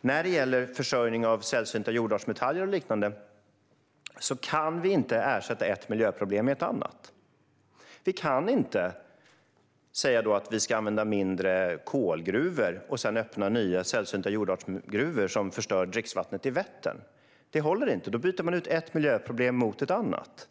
När det gäller försörjning av sällsynta jordartsmetaller och liknande kan vi inte ersätta ett miljöproblem med ett annat. Vi kan inte säga att vi ska använda kolgruvor mindre och sedan öppna nya gruvor för sällsynta jordartsmetaller som förstör dricksvattnet i Vättern. Det håller inte. Då byter man ut ett miljöproblem mot ett annat.